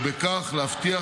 ובכך להבטיח,